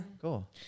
cool